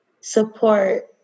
support